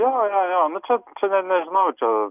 jo jo jo nu čia čia net nežinau čia